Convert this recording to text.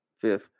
fifth